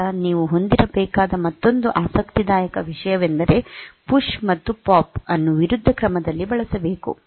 ನಂತರ ನೀವು ಹೊಂದಿರಬೇಕಾದ ಮತ್ತೊಂದು ಆಸಕ್ತಿದಾಯಕ ವಿಷಯವೆಂದರೆ ಪುಶ್ ಮತ್ತು ಪಾಪ್ ಅನ್ನು ವಿರುದ್ಧ ಕ್ರಮದಲ್ಲಿ ಬಳಸಬೇಕು